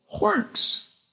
works